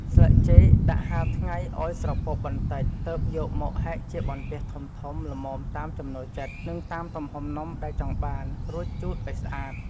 ស្លឹកចេក ដាក់ហាលថ្ងៃឱ្យស្រពាប់បន្តិច ទើបយកមកហែកជាបន្ទះធំៗល្មមតាមចំណូលចិត្ត និងតាមទំហំនំដែលចង់បាន រួចជូតឱ្យស្អាត។